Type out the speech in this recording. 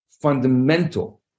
fundamental